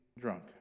drunk